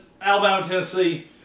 Alabama-Tennessee